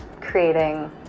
creating